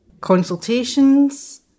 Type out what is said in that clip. Consultations